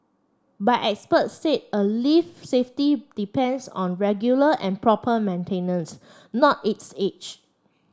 but experts said a lift safety depends on regular and proper maintenance not its age